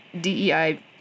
DEI